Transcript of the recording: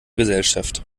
gesellschaft